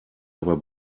aber